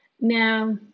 Now